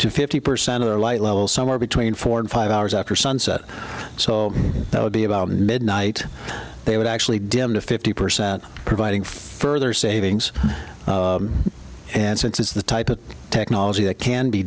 to fifty percent of the light level somewhere between four and five hours after sunset so that would be about midnight they would actually dim to fifty percent providing further savings and since it's the type of technology that can be